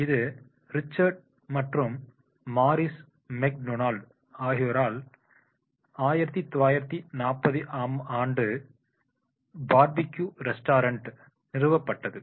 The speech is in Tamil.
இது ரிச்சர்ட் மற்றும் மாரிஸ் மெக்டொனால்ட் ஆகியோரால் 1940 ஆம் ஆண்டு பார்பிக்யூ ரெஸ்டூரண்ட் நிறுவப்பட்டது